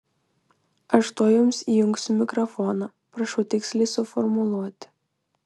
aš tuoj jums įjungsiu mikrofoną prašau tiksliai suformuluoti